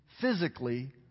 physically